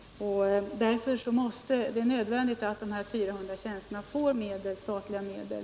Därför är det nödvändigt att de 400 tjänsterna finansieras med statliga medel.